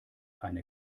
eine